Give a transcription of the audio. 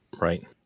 right